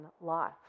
life